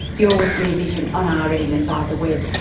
you're with rear vision on ah rn and and via the web.